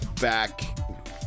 back